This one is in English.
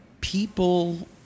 people